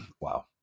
Wow